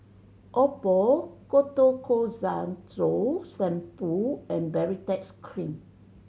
Oppo Ketoconazole Shampoo and Baritex Cream